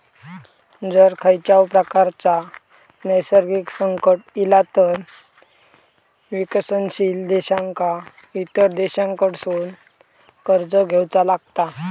जर खंयच्याव प्रकारचा नैसर्गिक संकट इला तर विकसनशील देशांका इतर देशांकडसून कर्ज घेवचा लागता